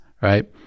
right